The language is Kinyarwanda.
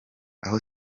aho